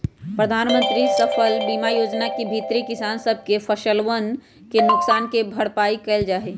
प्रधानमंत्री फसल बीमा योजना के भीतरी किसान सब के फसलवन के नुकसान के भरपाई कइल जाहई